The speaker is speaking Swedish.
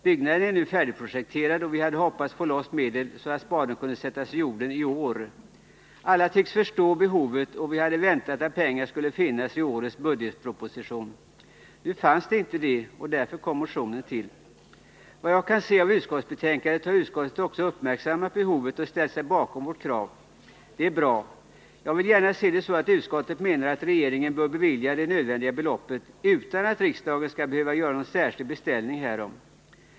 Byggnaden är nu färdigprojekterad, och vi hade hoppats att få loss medel, så att spaden kan sättas i jorden i år. Alla tycks förstå behovet, och vi hade väntat att pengar motionen till. Såvitt jag kan se av utskottsbetänkandet har utskottet också uppmärksammat behovet och ställt sig bakom vårt krav. Det är bra. Jag vill gärna se det så att utskottet menar att regeringen bör bevilja det nödvändiga beloppet, utan att riksdagen skall behöva göra någon särskild beställning härom.